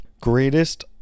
Greatest